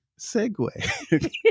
segue